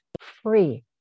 free